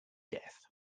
death